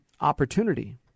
opportunity